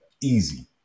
Easy